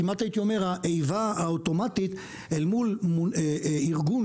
הכמעט הייתי אומר האיבה האוטומטית אל מול ארגון,